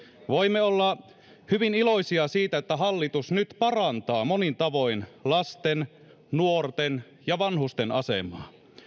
voimme olla hyvin iloisia siitä että hallitus nyt parantaa monin tavoin lasten nuorten ja vanhusten asemaa